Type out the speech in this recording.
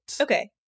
Okay